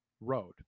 road